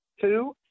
two